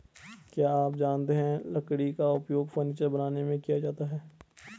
क्या आप जानते है लकड़ी का उपयोग फर्नीचर बनाने में किया जाता है?